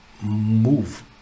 move